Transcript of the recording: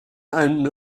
einem